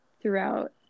throughout